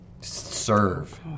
serve